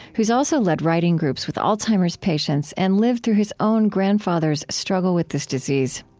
who has also led writing groups with alzheimer's patients and lived through his own grandfather's struggle with this disease.